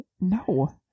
No